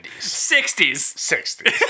60s